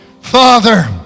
Father